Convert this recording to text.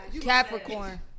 Capricorn